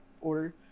order